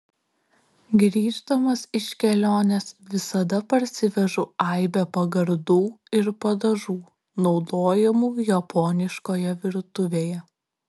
grįždamas iš kelionės visada parsivežu aibę pagardų ir padažų naudojamų japoniškoje virtuvėje